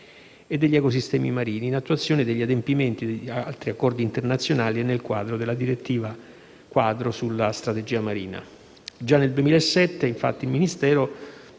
e degli ecosistemi marini, in attuazione degli adempimenti di altri accordi internazionali e nell'ambito della direttiva quadro sulla strategia marina. Già nel 2007, infatti, il Ministero